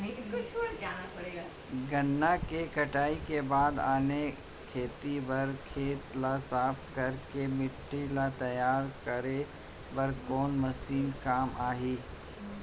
गन्ना के कटाई के बाद आने खेती बर खेत ला साफ कर के माटी ला तैयार करे बर कोन मशीन काम आही?